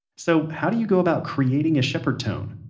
so how do you go about creating a shepard tone?